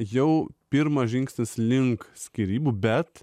jau pirmas žingsnis link skyrybų bet